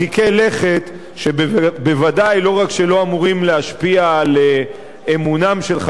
שבוודאי לא רק שלא אמורים להשפיע על אמונם של חברי הכנסת בממשלה,